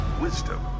wisdom